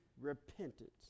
repentance